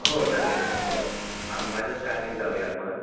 हो चालेल ना हो आम माझ्याच कारने जाऊया आपण